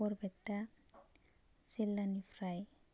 बरपेटा जिल्लानिफ्राय